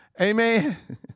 Amen